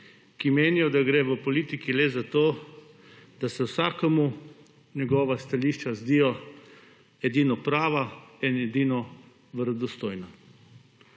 ki menijo, da gre v politiki le za to, da se vsakemu njegova stališča zdijo edino prava in edino verodostojna.